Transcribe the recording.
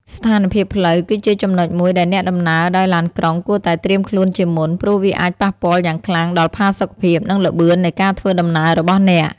ស្ថានភាពផ្លូវ គឺជាចំណុចមួយដែលអ្នកដំណើរដោយឡានក្រុងគួរតែត្រៀមខ្លួនជាមុន ព្រោះវាអាចប៉ះពាល់យ៉ាងខ្លាំងដល់ផាសុកភាព និងល្បឿននៃការធ្វើដំណើររបស់អ្នក។